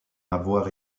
avoir